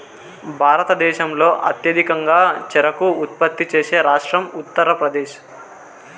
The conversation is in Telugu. భారతదేశంలో అత్యధికంగా చెరకు ఉత్పత్తి చేసే రాష్ట్రం ఉత్తరప్రదేశ్